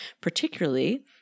particularly